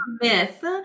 myth